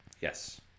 Yes